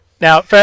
Now